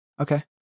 Okay